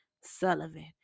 Sullivan